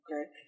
Okay